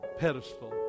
pedestal